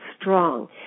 strong